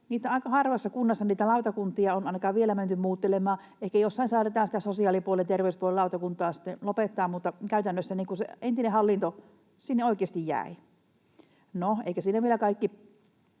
Aika harvassa kunnassa niitä lautakuntia on ainakaan vielä menty muuttelemaan, ehkä jossain saatetaan sitä sosiaali- ja terveyspuolen lautakuntaa sitten lopettaa, mutta käytännössä se entinen hallinto sinne oikeasti jäi.